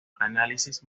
análisis